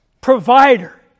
provider